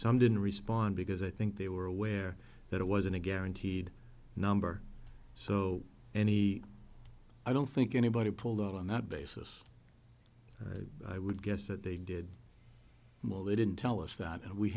some didn't respond because i think they were aware that it wasn't a guaranteed number so any i don't think anybody pulled out on that basis i would guess that they did well they didn't tell us that